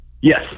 Yes